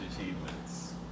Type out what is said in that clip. achievements